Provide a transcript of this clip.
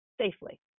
safely